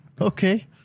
okay